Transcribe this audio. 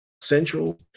Central